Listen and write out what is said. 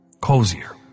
cozier